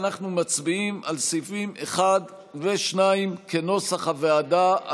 אנחנו מצביעים על סעיפים 1 ו-2 כנוסח הוועדה.